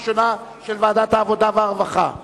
הראשונה, של ועדת העבודה והרווחה.